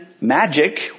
Magic